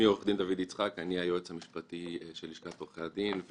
אני היועץ המשפטי של לשכת עורכי הדין,